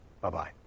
Bye-bye